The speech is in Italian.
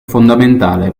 fondamentale